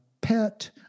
pet